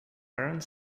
parent